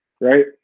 Right